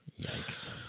Yikes